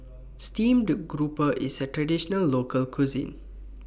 Steamed Grouper IS A Traditional Local Cuisine